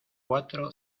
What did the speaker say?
cuatro